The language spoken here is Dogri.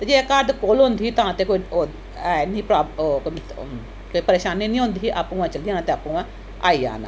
ते जे घर दे कोल होंदी ही ते तां ते कोई ओह् है गे नेईं ही प्रा ओह् कोई परेशानी निं होंदी ही आपूं गै चली जाना ते आपूं गै आई जाना